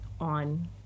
on